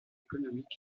économique